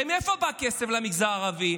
הרי מאיפה בא הכסף למגזר הערבי?